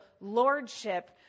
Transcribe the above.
lordship